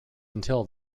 until